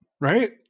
Right